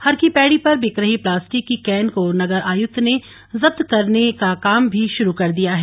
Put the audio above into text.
हरकी पैड़ी पर बिक रही प्लास्टिक की कैन को नगर आयुक्त ने जब्त करने काम भी शुरू कर दिया है